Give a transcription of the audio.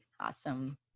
awesome